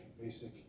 Basic